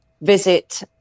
visit